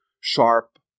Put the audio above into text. sharp